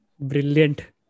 Brilliant